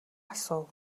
асуув